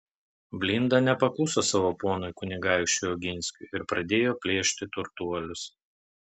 blinda nepakluso savo ponui kunigaikščiui oginskiui ir pradėjo plėšti turtuolius